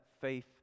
faith